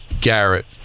Garrett